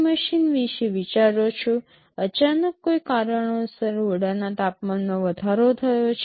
machine વિશે વિચારો છો અચાનક કોઈ કારણોસર ઓરડાના તાપમાનમાં વધારો થયો છે